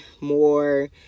more